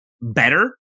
better